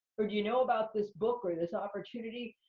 or do you know about this book or this opportunity?